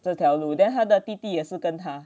这条路 then 他的弟弟也是跟他